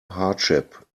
hardship